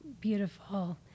beautiful